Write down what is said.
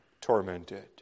tormented